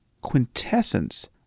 quintessence